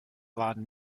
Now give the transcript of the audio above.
waren